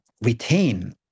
retain